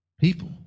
people